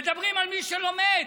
מדברים על מי שלומד,